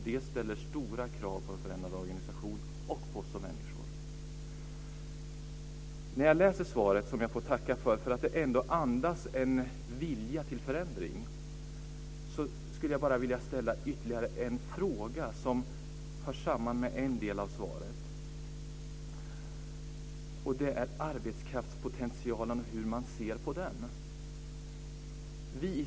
Det ställer stora krav på en förändrad organisation och på oss människor. Jag tackar för svaret, som jag tycker ändå andas en vilja till förändring. Jag skulle bara vilja ställa en fråga som hör samman med en del av svaret. Det är hur man ser på arbetskraftspotentialen.